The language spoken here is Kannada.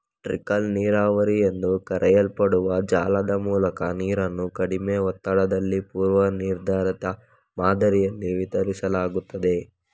ಟ್ರಿಕಲ್ ನೀರಾವರಿ ಎಂದು ಕರೆಯಲ್ಪಡುವ ಜಾಲದ ಮೂಲಕ ನೀರನ್ನು ಕಡಿಮೆ ಒತ್ತಡದಲ್ಲಿ ಪೂರ್ವ ನಿರ್ಧರಿತ ಮಾದರಿಯಲ್ಲಿ ವಿತರಿಸಲಾಗುತ್ತದೆ